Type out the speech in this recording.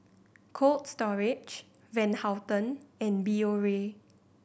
Cold Storage Van Houten and Biore